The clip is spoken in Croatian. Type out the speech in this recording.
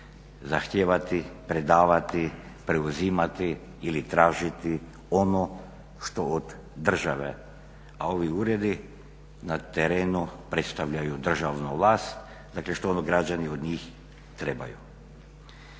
zahtijevati, predavati, preuzimati ili tražiti ono što od države, a ovi uredi na terenu predstavljaju državnu vlast dakle što građani od njih trebaju.